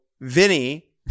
Vinny